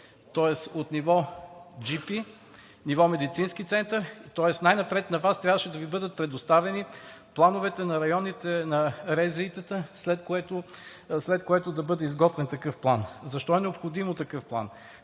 тоест от ниво джипи, ниво медицински център. Тоест най-напред на Вас трябваше да Ви бъдат предоставени плановете на РЗИ-тата, след което да бъде изготвен такъв план. Защо е необходим такъв план?